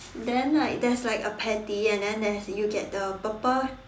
then like there's like a patty and then there's you get the purple